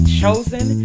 chosen